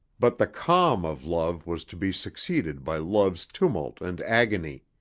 but the calm of love was to be succeeded by love's tumult and agony.